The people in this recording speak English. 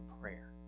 prayer